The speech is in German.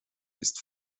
ist